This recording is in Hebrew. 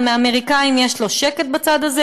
אבל מהאמריקנים יש לו שקט בצד הזה?